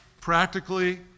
practically